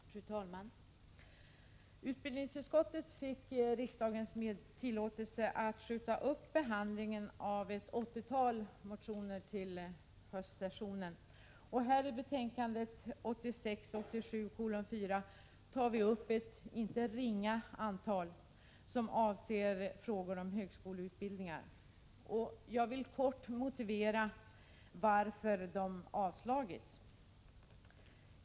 Fru talman! Utbildningsutskottet fick riksdagens tillåtelse att skjuta upp behandlingen av ett åttiotal motioner till höstsessionen, och i betänkandet 1986/87:4 tar vi upp ett inte ringa antal, som avser frågor om högskoleutbildningar. Jag vill kort motivera varför de avstyrkts.